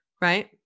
right